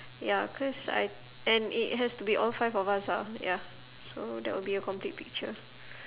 ya cause I and it has to be all five us ah ya so that will be a complete picture